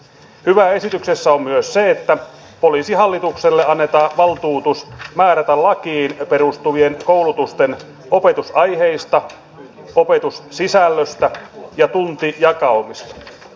hyvää esityksessä on myös se että poliisihallitukselle annetaan valtuutus määrätä lakiin perustuvien koulutusten opetusaiheista opetussisällöstä ja tuntijakaumista